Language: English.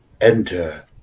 Enter